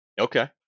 okay